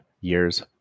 years